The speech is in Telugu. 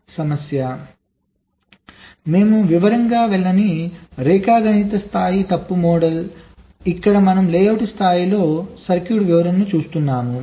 కాబట్టి మేము వివరంగా వెళ్ళని రేఖాగణిత స్థాయి తప్పు మోడల్ ఇక్కడ మనం లేఅవుట్ స్థాయిలో సర్క్యూట్ వివరణను చూస్తున్నాము